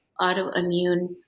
autoimmune